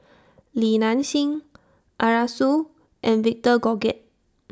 Li Nanxing Arasu and Victor